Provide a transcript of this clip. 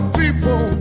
people